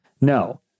No